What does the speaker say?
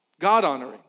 God-honoring